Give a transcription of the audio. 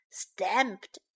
stamped